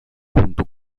junto